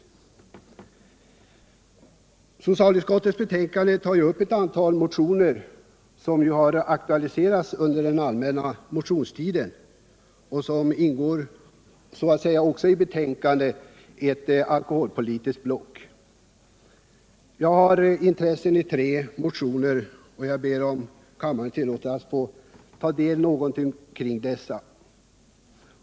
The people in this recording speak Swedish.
Socialutskottets betänkande tar upp ett antal motioner som har väckts under den allmänna motionstiden och som också så att säga ingår i betänkandets alkoholpolitiska block. Jag har intressen i tre motioner, och jag ber om kammarens tillåtelse att något kommentera dessa.